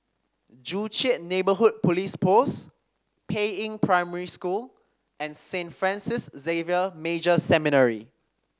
Joo Chiat Neighbourhood Police Post Peiying Primary School and Saint Francis Xavier Major Seminary